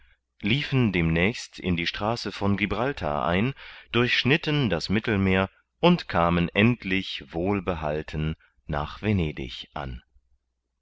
liefen demnächst in die straße von gibraltar ein durchschnitten das mittelmeer und kamen endlich wohlbehalten nach venedig an